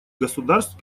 государств